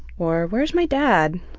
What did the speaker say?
or where's my dad?